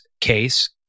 case